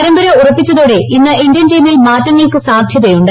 പരമ്പര ഉറപ്പിച്ചതോടെ ഇന്ന് ഇന്ത്യൻ ടീമിൽ മാറ്റങ്ങൾക്ക് സാധ്യതയുണ്ട്